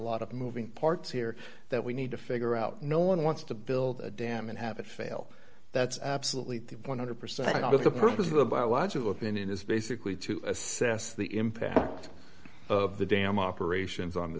lot of moving parts here that we need to figure out no one wants to build a dam and have it fail that's absolutely true one hundred percent of the purpose of a biological opinion is basically to assess the impact of the dam operations on the